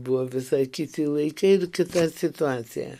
buvo visai kiti laikai ir kita situacija